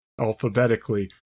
alphabetically